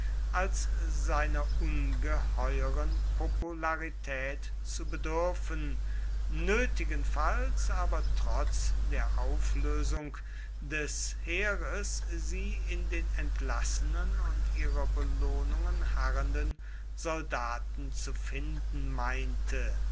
als seiner ungeheuren popularität zu bedürfen nötigenfalls aber trotz der auflösung des heeres sie in den entlassenen und ihrer belohnungen harrenden soldaten zu finden meinte